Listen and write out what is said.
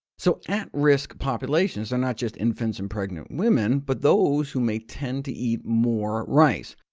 so at-risk populations are not just infants and pregnant women, but those who may tend to eat more rice.